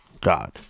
God